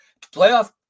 playoff